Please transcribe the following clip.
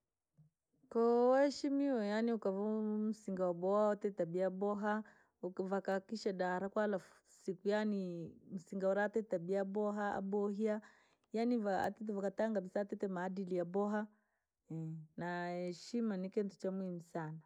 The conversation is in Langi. Koo waheshimiiwe yaani ukuvaa musingaa waabowa watitee tabia yaboowa, uka- vakahakikisha da baahara kwala sikuu yaani musinga una atile tabia yaboowa abohia, yaani vatata vakatangaa bisa atilee maadili yaboowa, na heshima ni kintuu chamuhimu.